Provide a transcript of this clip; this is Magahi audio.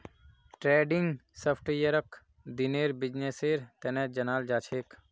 ट्रेंडिंग सॉफ्टवेयरक दिनेर बिजनेसेर तने जनाल जाछेक